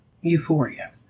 euphoria